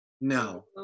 No